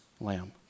lamb